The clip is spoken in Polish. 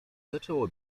zaczęło